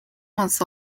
months